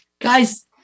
Guys